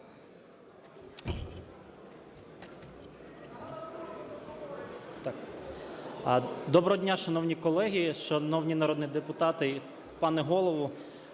Доброго дня, шановні колеги, шановні народні депутати і пане Голово.